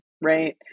right